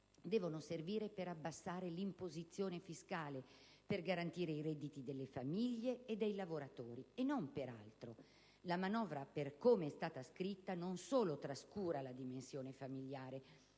devono servire per abbassare l'imposizione fiscale, per garantire i redditi delle famiglie e dei lavoratori e non per altro. La manovra, per come è stata scritta, non solo trascura la dimensione familiare